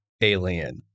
alien